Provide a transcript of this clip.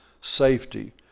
safety